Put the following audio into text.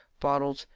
bottles,